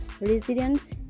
residents